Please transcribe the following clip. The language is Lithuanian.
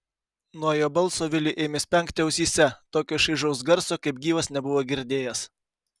nuo jo balso viliui ėmė spengti ausyse tokio šaižaus garso kaip gyvas nebuvo girdėjęs